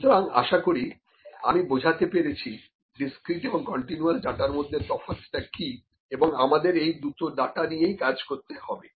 সুতরাং আশা করি আমি বোঝাতে পেরেছি ডিসক্রিট এবং কন্টিনিউয়াস ডাটার মধ্যে তফাৎটা কি এবং আমাদের এই দুই ডাটা নিয়েই কাজ করতে হবে